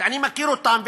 שאני מכיר אותן,